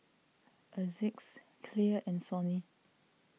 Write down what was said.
Asics Clear and Sony